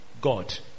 God